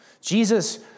Jesus